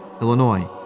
Illinois